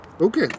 Okay